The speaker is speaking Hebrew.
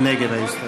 מי נגד ההסתייגות?